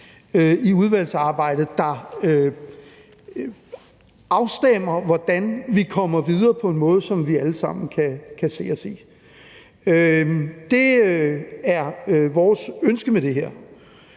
i udvalgsarbejdet, der afstemmer, hvordan vi kommer videre på en måde, som vi alle sammen kan se os selv i. Det er vores ønske med det her.